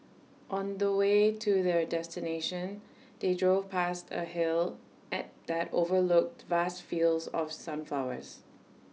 on the way to their destination they drove pasted A hill at that overlooked vast fields of sunflowers